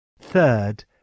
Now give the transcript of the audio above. Third